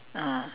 ah